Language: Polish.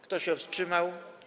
Kto się wstrzymał?